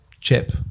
chip